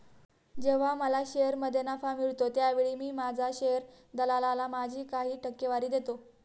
जेव्हा मला शेअरमध्ये नफा मिळतो त्यावेळी मी माझ्या शेअर दलालाला माझी काही टक्केवारी देतो